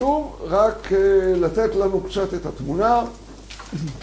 ‫בואו רק לתת לנו קצת את התמונה.